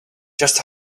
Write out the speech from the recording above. just